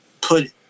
Put